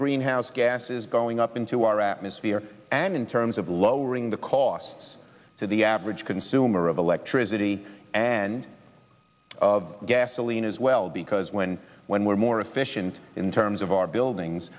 greenhouse gases going up into our atmosphere and in terms of lowering the costs to the average consumer of electricity and of gasoline as well because when when we're more efficient in terms of our